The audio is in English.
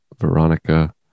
Veronica